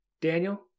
Daniel